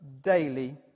daily